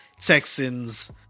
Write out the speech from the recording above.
Texans